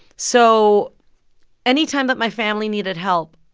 so anytime that my family needed help,